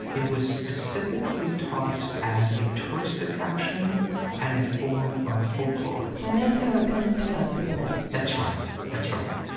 it was specifically taught as a tourist attraction and a form of folklore and that's how it comes to us, isn't it? that's right. that's right.